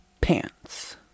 pants